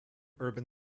urban